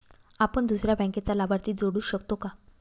आपण दुसऱ्या बँकेचा लाभार्थी जोडू शकतो का?